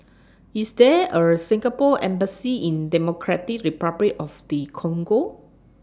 IS There A Singapore Embassy in Democratic Republic of The Congo